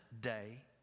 day